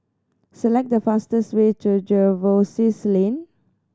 select the fastest way to Jervois Lane